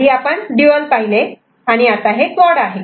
आधी आपण ड्यूअल पाहिले आणि आता हे क्वाड